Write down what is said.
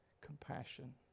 compassion